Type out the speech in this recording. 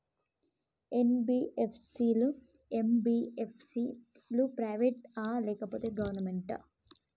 NBFC లు, MBFC లు private ఆ లేకపోతే గవర్నమెంటా?